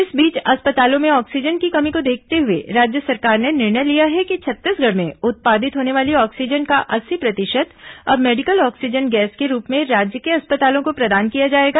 इस बीच अस्पतालों में ऑक्सीजन की कमी को देखते हुए राज्य सरकार ने निर्णय लिया है कि छत्तीसगढ़ में उत्पादित होने वाली ऑक्सीजन का अस्सी प्रतिशत अब मेडिकल ऑक्सीजन गैस के रूप में राज्य के अस्पतालों को प्रदान किया जाएगा